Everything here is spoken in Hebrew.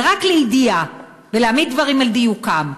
ורק לידיעה ולהעמיד דברים על דיוקם,